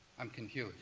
i'm confused.